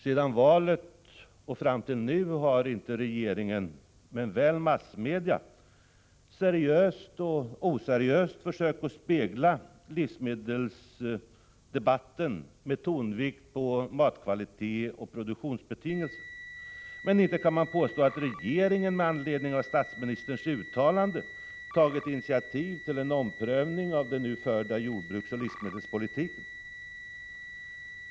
Sedan valet har inte regeringen men väl massmedia — seriöst och oseriöst — försökt spegla livsmedelsdebatten med tonvikt på matkvalitet och produktionsbetingelser. Men inte kan man påstå att regeringen med anledning av statsministerns uttalande tagit initiativ till en omprövning av den nu förda jordbruksoch livsmedelspolitiken!